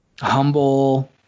Humble